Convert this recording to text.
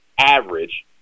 average